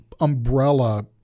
umbrella